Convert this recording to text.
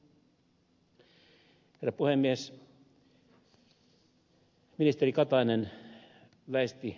herra puhemies